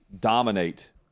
dominate